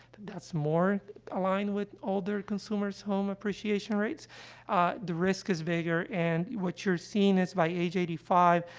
that's more aligned with older consumers' home appreciation rates ah, the risk is bigger, and what you're seeing is, by age eighty five,